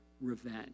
revenge